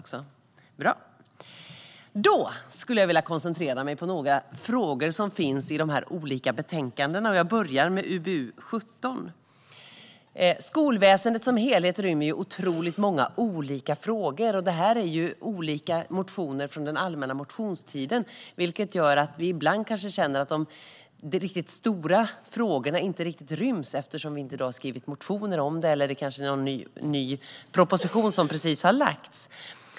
Jag skulle vilja koncentrera mig på några frågor som finns i de olika betänkandena, och jag börjar med UbU17. Skolväsendet som helhet rymmer otroligt många olika frågor. Det här betänkandet grundar sig på motioner från den allmänna motionstiden, vilket gör att vi ibland kanske känner att de stora frågorna inte riktigt ryms eftersom vi inte har skrivit motioner om dem eller för att någon ny proposition kanske precis har lagts fram.